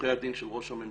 עורכי הדין של ראש הממשלה